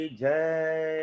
jai